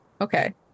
Okay